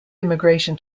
immigration